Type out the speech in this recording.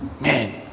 man